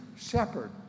shepherd